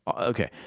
Okay